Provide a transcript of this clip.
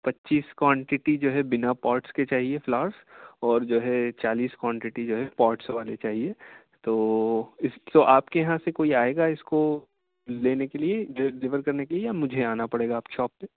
پچیس کوانٹٹی جو ہے بنا پوٹس کے چاہیے فلاورس اور جو ہے چالیس کوانٹٹی جو ہے پوٹس والے چاہیے تو اس کو آپ کے یہاں سے کوئی آئے گا اس کو لینے کے لیے ڈلیور کرنے کے لیے یا مجھے آنا پڑے گا آپ کی شاپ پہ